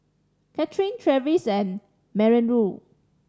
Katherin Travis and Minoru